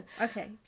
Okay